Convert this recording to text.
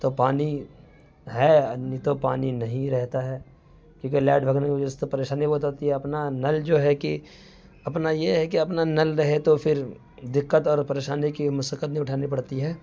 تو پانی ہے نہیں تو پانی نہیں رہتا ہے کیونکہ لائٹ بھاگنے کی وجہ سے پریشانی بہت ہوتی ہے اپنا نل جو ہے کہ اپنا یہ ہے کہ اپنا نل رہے تو پھر دِقّت اور پریشانی کی مشقّت نہیں اٹھانی پڑتی ہے